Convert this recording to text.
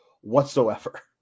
whatsoever